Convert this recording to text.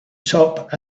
top